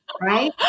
Right